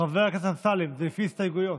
חבר הכנסת אמסלם, זה לפי הסתייגויות.